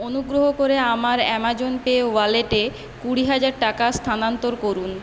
অনুগ্রহ করে আমার অ্যামাজন পে ওয়ালেটে কুড়ি হাজার টাকা স্থানান্তর করুন